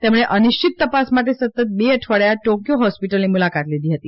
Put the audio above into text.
તેમણે અનિશ્ચિત તપાસ માટે સતત બે અઠવાડિયા ટોક્યો હોસ્પિટલની મુલાકાત લીધી હતી